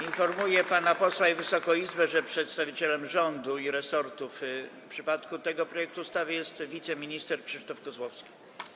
Informuję pana posła i Wysoką Izbę, że przedstawicielem rządu i resortów w przypadku tego projektu ustawy jest wiceminister Krzysztof Kozłowski.